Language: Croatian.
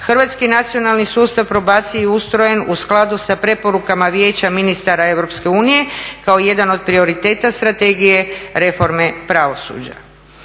Hrvatski nacionalni sustav probacije je ustrojen u skladu sa preporukama Vijeća ministara EU kao jedan od prioriteta strategije reforme pravosuđa.